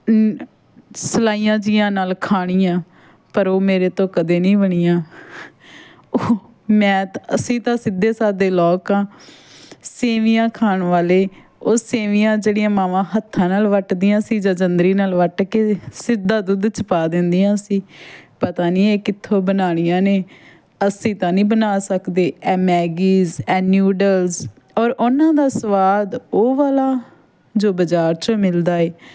ਸਿਲਾਈਆਂ ਜੀਆਂ ਨਾਲ ਖਾਣੀਆਂ ਪਰ ਉਹ ਮੇਰੇ ਤੋਂ ਕਦੇ ਨਹੀਂ ਬਣੀਆਂ ਮੈਂ ਤਾਂ ਅਸੀਂ ਤਾਂ ਸਿੱਧੇ ਸਾਧੇ ਲੋਕ ਹਾਂ ਸੇਵੀਆਂ ਖਾਣ ਵਾਲੇ ਉਹ ਸੇਵੀਆਂ ਜਿਹੜੀਆਂ ਮਾਵਾਂ ਹੱਥਾਂ ਨਾਲ ਵੱਟਦੀਆਂ ਸੀ ਜਾਂ ਜੰਦਰੀ ਨਾਲ ਵੱਟ ਕੇ ਸਿੱਧਾ ਦੁੱਧ 'ਚ ਪਾ ਦਿੰਦੀਆਂ ਸੀ ਪਤਾ ਨਹੀਂ ਇਹ ਕਿੱਥੋਂ ਬਣਾਉਣੀਆਂ ਨੇ ਅਸੀਂ ਤਾਂ ਨਹੀਂ ਬਣਾ ਸਕਦੇ ਇਹ ਮੈਗੀਜ਼ ਹੈ ਨਿਊਡਲਸ ਔਰ ਉਹਨਾਂ ਦਾ ਸਵਾਦ ਉਹ ਵਾਲਾ ਜੋ ਬਾਜ਼ਾਰ ਚੋਂ ਮਿਲਦਾ ਏ